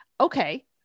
okay